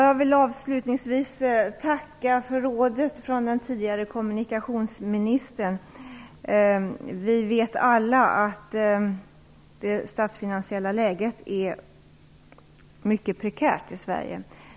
Herr talman! Jag vill tacka för rådet från den tidigare kommunikationsministern. Vi vet alla att det statsfinansiella läget i Sverige är mycket prekärt.